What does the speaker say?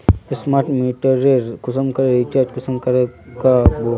Smart मीटरेर कुंसम recharge कुंसम करे का बो?